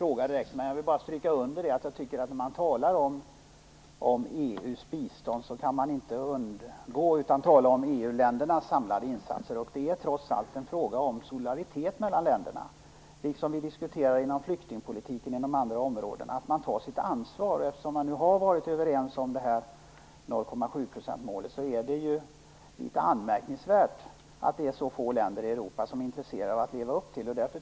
Fru talman! Jag har ingen direkt fråga utan vill bara stryka under att man när det är talas om EU:s bistånd inte kan undgå att tala om EU-ländernas samlade insatser. Trots allt är det fråga om solidaritet mellan länderna, precis som inom flyktingpolitiken och andra områden - man får ta sitt ansvar. Eftersom man varit överens om 0,7-procentsmålet är det kanske anmärkningsvärt att så få länder i Europa är intresserade av att leva upp till det här målet.